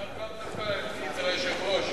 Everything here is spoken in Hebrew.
אפשר גם דקה, אדוני היושב-ראש?